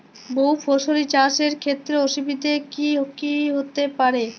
বহু ফসলী চাষ এর ক্ষেত্রে অসুবিধে কী কী হতে পারে?